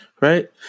right